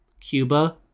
Cuba